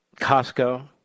Costco